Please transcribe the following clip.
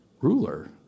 Ruler